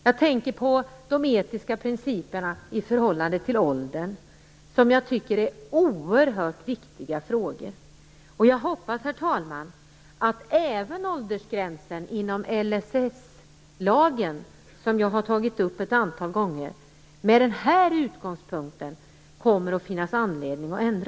Jag tänker på de etiska principerna i förhållande till ålder, som jag tycker är oerhört viktiga frågor, och jag hoppas, herr talman, att det med den här utgångspunkten kommer att finnas anledning att ändra på även åldersgränsen inom LSS-lagen, som jag har tagit upp ett antal gånger.